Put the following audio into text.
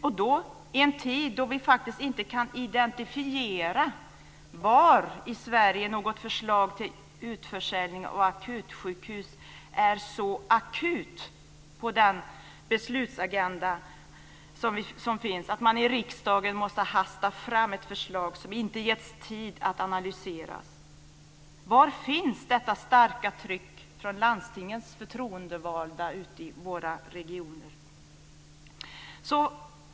Det är i en tid då vi faktiskt inte kan identifiera var i Sverige något förslag till utförsäljning av akutsjukhus är så "akut" på den beslutsagenda som finns, att man i riksdagen måste hasta fram ett förslag som inte har getts tid att analyseras. Var finns detta starka tryck från landstingens förtroendevalda i våra regioner?